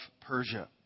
Persia